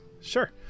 Sure